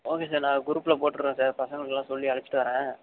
okay sir நான் குரூப்பில் போட்டுறேன் சார் பசங்களுக்குகெலாம் சொல்லி அழைச்சிட்டு வரேன்